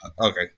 okay